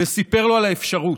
וסיפר לו על האפשרות,